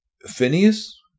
Phineas